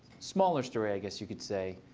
smaller story, i guess you could say.